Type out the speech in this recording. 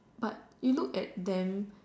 but you look at them